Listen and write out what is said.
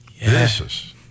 Yes